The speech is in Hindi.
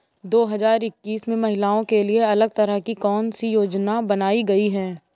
दो हजार इक्कीस में महिलाओं के लिए अलग तरह की कौन सी योजना बनाई गई है?